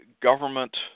government